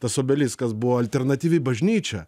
tas obeliskas buvo alternatyvi bažnyčia